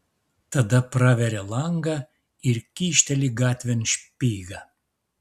tada praveria langą ir kyšteli gatvėn špygą